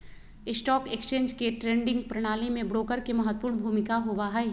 stock exchange के trading प्रणाली में ब्रोकर के महत्वपूर्ण भूमिका होबा हई